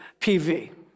PV